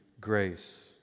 grace